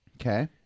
Okay